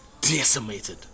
decimated